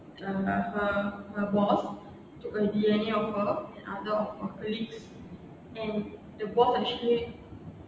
mmhmm mmhmm